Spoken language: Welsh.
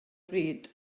bryd